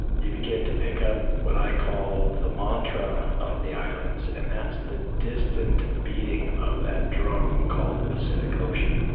you begin to pick up what i call the mantra of the islands, and that's the distant beating of that drum called the pacific ocean